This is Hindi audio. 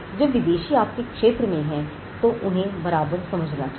जब विदेशी आपके क्षेत्र में हैं तो उन्हें बराबर समझना चाहिए